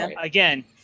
again